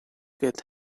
get